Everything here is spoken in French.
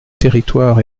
territoire